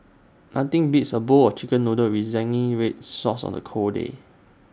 nothing beats A bowl of Chicken Noodles with Zingy Red Sauce on A cold day